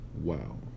Wow